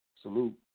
Salute